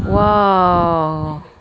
!wow!